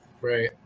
Right